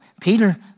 Peter